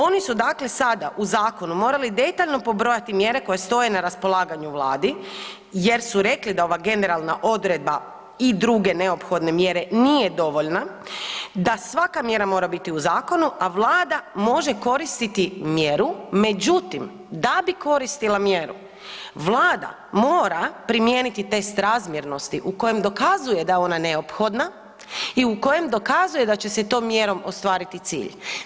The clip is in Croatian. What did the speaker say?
Oni su dakle sada u zakonu morali detaljno pobrojati mjere koje stoje na raspolaganju Vladi jer su rekli da ova generalna odredba i druge neophodne mjere nije dovoljna, da svaka mjera mora biti u zakonu, a Vlada može koristiti mjeru, međutim da bi koristila mjeru Vlada mora primijeniti test razmjernosti u kojem dokazuje da je ona neophodna i u kojem dokazuje da će se tom mjerom ostvariti cilj.